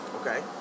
okay